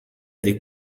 des